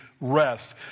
rest